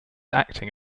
acting